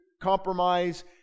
compromise